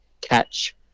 catch